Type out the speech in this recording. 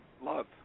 love